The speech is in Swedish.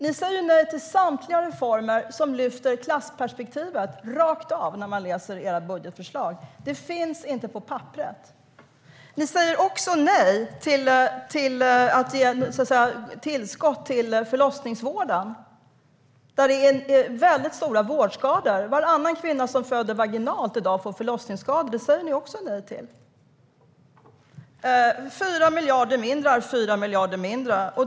Ni säger rakt av nej till samtliga reformer som lyfter klassperspektivet. Det ser man när man läser ert budgetförslag. Det finns inte på papperet. Ni säger också nej till tillskott till förlossningsvården, där det sker stora vårdskador. Varannan kvinna som föder vaginalt i dag får förlossningsskador. Detta säger ni också nej till. 4 miljarder mindre är 4 miljarder mindre.